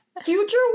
Future